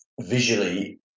visually